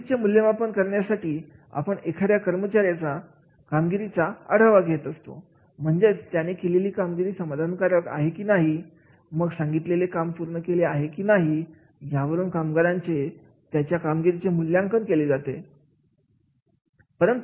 कामगिरीचे मूल्यमापन करण्यासाठी आपण एखाद्या कर्मचाऱ्यांचा कामगिरीचा आढावा घेत असतो म्हणजे त्याने केलेली कामगिरी समाधानकारक आहे की नाही मग सांगितलेले काम पूर्ण केले आहे की नाही यावरून कामगारांचे त्यांच्या कामगिरीचे मूल्यमापन केले जाते